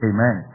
Amen